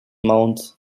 mount